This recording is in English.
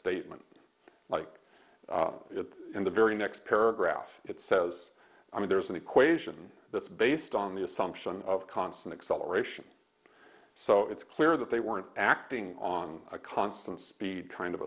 statement like it in the very next paragraph it says i mean there's an equation that's based on the assumption of constant acceleration so it's clear that they weren't acting on a constant speed kind of